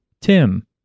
Tim